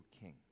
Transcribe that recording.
king